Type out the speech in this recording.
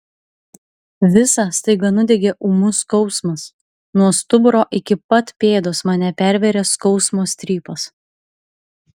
visą staiga nudiegė ūmus skausmas nuo stuburo iki pat pėdos mane pervėrė skausmo strypas